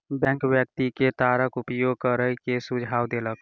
bank व्यक्ति के तारक उपयोग करै के सुझाव देलक